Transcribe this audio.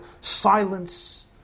Silence